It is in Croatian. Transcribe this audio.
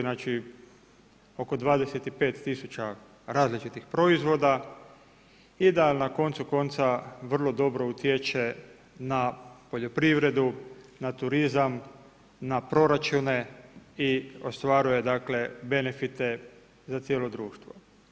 Znači oko 25 tisuća različitih proizvoda i da na koncu konca vrlo dobro utječe na poljoprivredu, na turizam, na proračune i ostvaruje dakle, benefite za cijelo društvo.